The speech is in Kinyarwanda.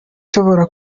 nshobora